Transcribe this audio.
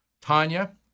Tanya